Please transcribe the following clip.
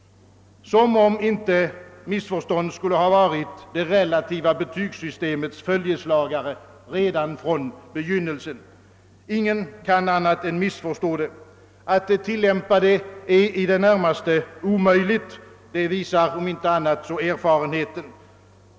Som om inte missförstånd skulle ha varit det relativa betygssystemets följeslagare redan från begynnelsen. Ingen kan annat än missförstå det. Att tillämpa det är i det närmaste omöjligt — det visar, om inte annat, erfarenheten.